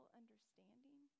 understanding